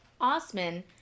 Osman